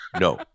No